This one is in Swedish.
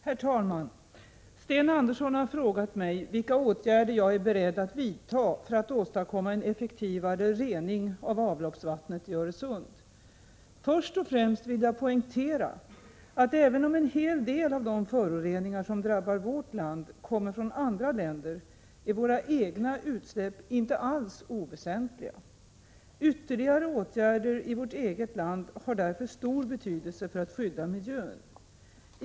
Herr talman! Sten Andersson i Malmö har frågat mig vilka åtgärder jag är beredd att vidta för att åstadkomma en effektivare rening av avloppsvattnet i Öresund. Först och främst vill jag poängtera att även om en hel del av de föroreningar som drabbar vårt land kommer från andra länder, är våra egna utsläpp inte alls oväsentliga. Ytterligare åtgärder i vårt eget land har därför stor betydelse för att skydda miljön.